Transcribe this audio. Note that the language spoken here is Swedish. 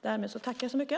Därmed tackar jag så mycket.